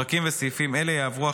פרקים וסעיפים אלה יעברו,